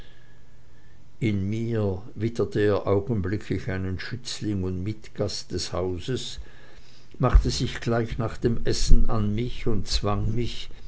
in mir witterte er augenblicklich einen schützling und mitgast des hauses machte sich nach dem essen an mich und zwang mich